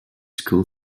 school